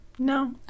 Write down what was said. No